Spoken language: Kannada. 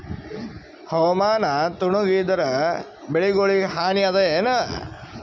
ಹವಾಮಾನ ತಣುಗ ಇದರ ಬೆಳೆಗೊಳಿಗ ಹಾನಿ ಅದಾಯೇನ?